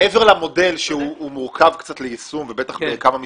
מעבר למודל שהוא מורכב קצת ליישום ובטח בכמה משפטים,